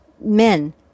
men